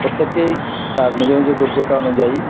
প্রত্যেকেই তার নিজের নিজের যোগ্যতা অনুযায়ী